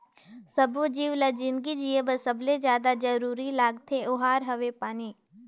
सब्बो जीव ल जिनगी जिए बर सबले जादा जरूरी लागथे ओहार हवे पानी